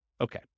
Okay